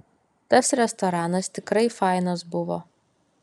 tas restoranas tikrai fainas buvo